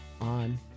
on